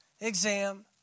exam